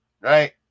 Right